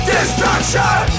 Destruction